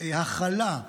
הכלה,